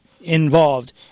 involved